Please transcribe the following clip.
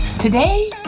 today